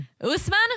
Usman